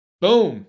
Boom